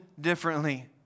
differently